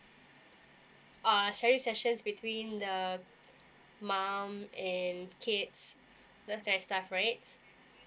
uh sorry sessions between the mum and kids that kind of stuff right